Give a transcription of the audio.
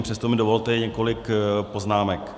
Přesto mi dovolte několik poznámek.